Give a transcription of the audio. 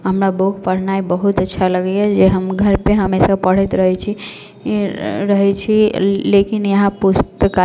हमरा बुक पढ़नाइ बहुत अच्छा लगैए जे हम घरपर हमेशा पढ़ैत रहै छी रहै छी लेकिन यहाँ पुस्तकालय